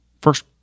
first